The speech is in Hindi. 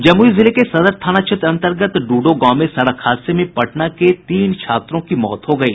जमुई जिले के सदर थाना क्षेत्र अंतर्गत डूंडो गांव में सड़क हादसे में पटना के तीन छात्रों की मौत हो गयी